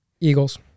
Eagles